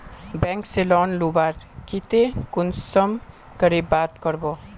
Bank से loan लुबार केते कुंसम करे बात करबो?